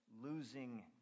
losing